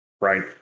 right